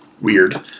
weird